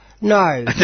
No